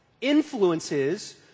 influences